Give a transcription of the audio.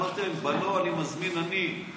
אמרתי להם: ולא, אני מזמין מכונית,